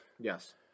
Yes